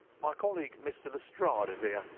my colleague, mr. lestrade, is here.